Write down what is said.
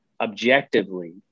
objectively